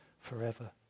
forever